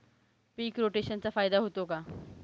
पीक रोटेशनचा फायदा होतो का?